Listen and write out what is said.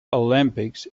olympics